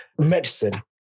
medicine